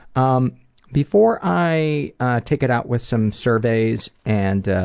um before i take it out with some surveys and